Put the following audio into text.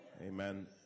Amen